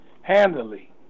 handily